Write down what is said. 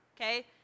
okay